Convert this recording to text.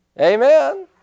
Amen